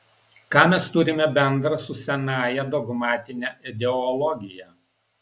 ką mes turime bendra su senąja dogmatine ideologija